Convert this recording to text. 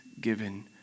given